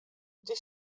gdzie